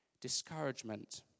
discouragement